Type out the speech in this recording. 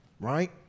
right